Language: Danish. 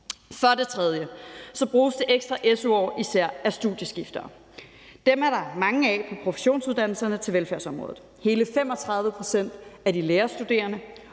For det tredje bruges det ekstra su-år især af studieskiftere. Dem er der mange af på professionsuddannelserne på velfærdsområdet. Hele 35 pct. af de lærerstuderende,